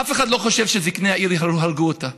אף אחד לא חושב שזקני העיר הרגו אותה,